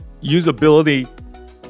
usability